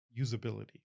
usability